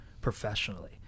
professionally